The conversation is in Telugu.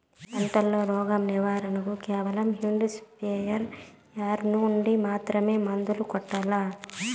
పంట లో, రోగం నివారణ కు కేవలం హ్యాండ్ స్ప్రేయార్ యార్ నుండి మాత్రమే మందులు కొట్టల్లా?